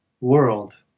world